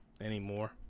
Anymore